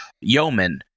Yeoman